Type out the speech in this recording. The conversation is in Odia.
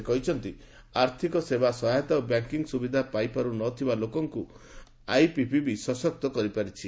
ସେ କହିଛନ୍ତି ଆର୍ଥକ ସେବା ସହାୟତା ଓ ବ୍ୟାଙ୍କିଙ୍ଗ୍ ସୁବିଧା ପାଇପାରୁ ନ ଥିବା ଲୋକଙ୍କୁ ଆଇପିପିବି ସଶକ୍ତ କରିପାରିଛି